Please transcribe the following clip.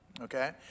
okay